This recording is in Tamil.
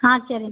ஆ சரி